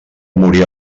morir